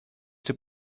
czy